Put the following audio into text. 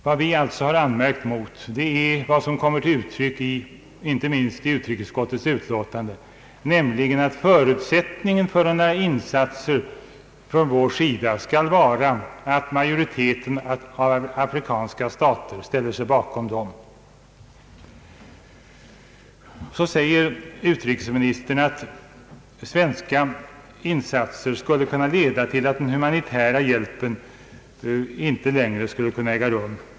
Vad vi alltså har anmärkt mot är vad som kommer till uttryck inte minst i utrikesutskottets utlåtande, nämligen att förutsättningen för insatser från vår sida skall vara att majoriteten av afrikanska stater ställer sig bakom dem. Sedan säger utrikesministern att svenska insatser skulle kunna leda till att den humanitära hjälpen inte längre skulle kunna fortsättas.